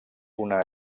una